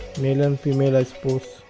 male and female i suppose